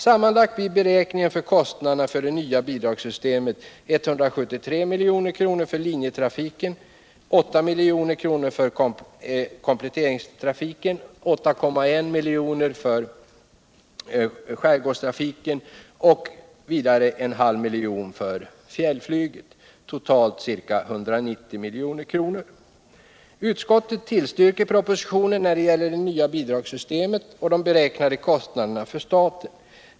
Sammantaget beräknas kostnaderna för det nya bidragssystemet bli 173 milj.kr. för linjetrafiken, 8 milj.kr. för kompletteringstrafiken, 8,1 milj.kr. för skärgårdstrafiken och 0,5 milj.kr. för fjällflyget, dvs. totalt ca 190 milj.kr. Utskottet tillstyrker propositionen när det gäller det nya bidragssystemet och de beräknade kostnaderna för staten.